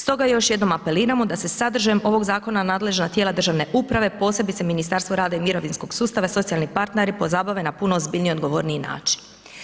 Stoga još jednom apeliramo da se sadržajem ovog zakona nadležna tijela državne uprave, posebice Ministarstvo rada i mirovinskog sustava i socijalni partneri pozabave na puno ozbiljniji i odgovorniji način.